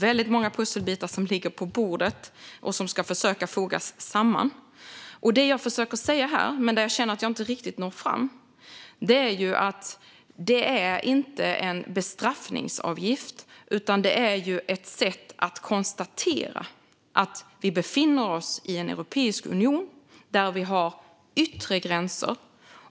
Väldigt många pusselbitar ligger på bordet, och dem ska vi försöka foga samman. Vad jag försöker säga här - jag känner dock att jag inte riktigt når fram - är att det inte handlar om en bestraffningsavgift, utan det här är ett sätt att konstatera att vi befinner oss i en europeisk union med yttre gränser.